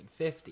1950